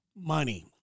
money